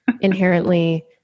inherently